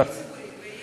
אז תבנו דיור ציבורי,